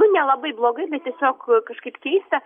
nu ne labai blogai tiesiog kažkaip keista